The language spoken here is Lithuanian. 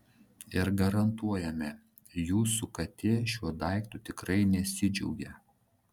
ir garantuojame jūsų katė šiuo daiktu tikrai nesidžiaugė